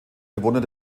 bewohner